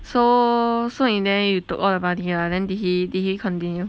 so so in the end you took all the money lah then did he did he continued